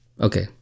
okay